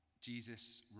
Jesus